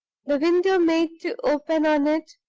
the window made to open on it,